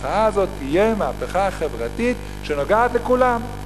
המחאה הזאת תהיה מהפכה חברתית שנוגעת לכולם,